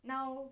now